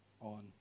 on